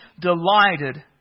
delighted